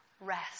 rest